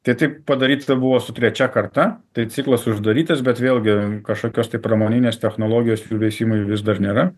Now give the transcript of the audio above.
tai taip padaryta buvo su trečia karta tai ciklas uždarytas bet vėlgi kažkokios tai pramoninės technologijos jų veisimui vis dar nėra